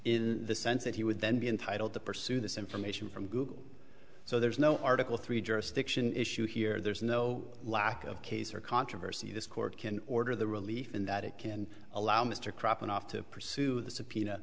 in the sense that he would then be entitled to pursue this information from google so there is no article three jurisdiction issue here there's no lack of case or controversy this court can order the relief in that it can allow mr cropping off to pursue th